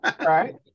Right